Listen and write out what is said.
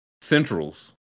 centrals